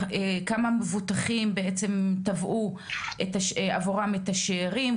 כמה מבוטחים בעצם תבעו עבורם את השארים,